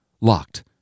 Locked